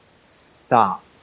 stop